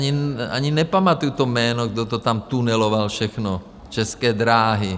si ani nepamatuji to jméno, kdo to tam tuneloval všechno, České dráhy.